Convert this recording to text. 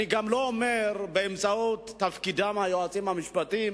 אני גם לא אומר שבאמצעות תפקידם היועצים המשפטיים